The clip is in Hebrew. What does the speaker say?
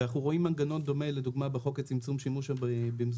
ואנחנו רואים מנגנון דומה לדוגמה בחוק צמצום השימוש במזומן,